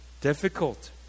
difficult